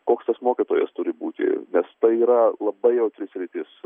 koks tas mokytojas turi būti nes tai yra labai jautri sritis